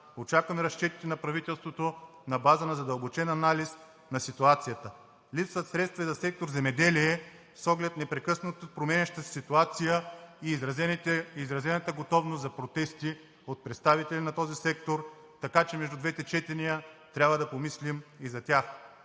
Очакваме разчетите на правителството на база на задълбочен анализ на ситуацията. Липсват средства и за сектор „Земеделие“ с оглед непрекъснато променящата се ситуация и изразената готовност за протести от представители на този сектор, така че между двете четения трябва да помислим и за тях.